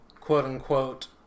quote-unquote